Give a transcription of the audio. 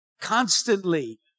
constantly